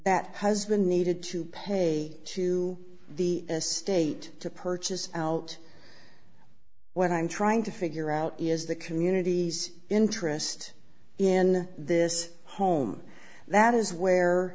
that husband needed to pay to the estate to purchase out what i'm trying to figure out is the communities interest in this home that is where